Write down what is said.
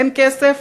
אין כסף,